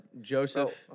Joseph